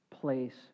place